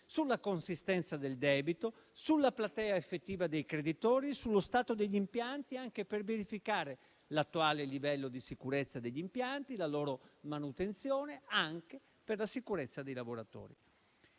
sulla consistenza del debito, sulla platea effettiva dei creditori e sullo stato degli impianti, anche per verificare l'attuale livello di sicurezza degli impianti, la loro manutenzione, anche per la sicurezza dei lavoratori.